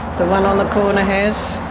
the one on the corner has,